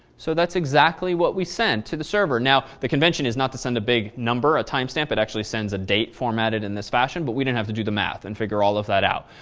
so that's exactly what we send to the server. now, the convention is not to send a big number of ah time stamp, it actually sends a date formatted in this fashion but we didn't have to do the math and figure all of that out.